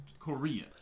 Korea